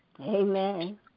amen